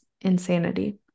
insanity